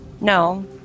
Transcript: No